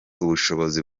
ubushobozi